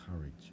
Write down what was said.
courage